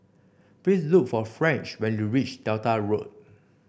please look for French when you reach Delta Road